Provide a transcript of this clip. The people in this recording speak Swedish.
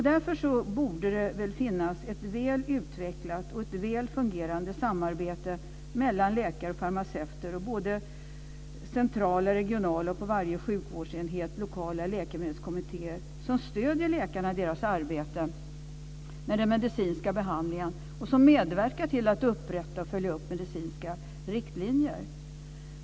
Därför borde det finnas ett väl utvecklat och väl fungerande samarbete mellan läkare och farmaceuter. Det borde finnas centrala, regionala och lokala läkemedelskommittéer på varje sjukvårdsenhet som stöder läkarna i deras arbete med den medicinska behandlingen och medverkar till att upprätta och följa upp medicinska riktlinjer.